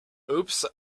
oops